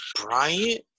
Bryant